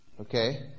okay